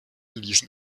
ließen